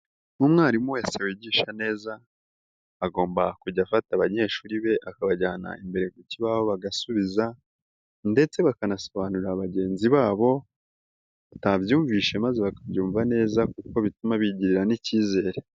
umwarimu wese wigisha neza, agomba kujya afata abanyeshuri be akabajyana imbere ku kibaho bagasubiza ndetse bakanasobanurira bagenzi babo, batabyumvishe maze bakabyumva neza kuko bituma bigirira n'ikizere.